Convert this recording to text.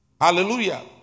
Hallelujah